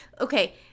Okay